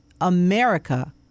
America